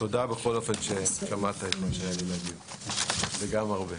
תודה בכל אופן ששמעתם, זה גם הרבה.